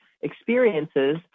experiences